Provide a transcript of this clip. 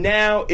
now